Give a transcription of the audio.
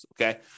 Okay